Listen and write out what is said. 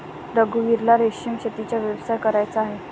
रघुवीरला रेशीम शेतीचा व्यवसाय करायचा आहे